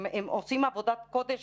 הם עושים עבודת קודש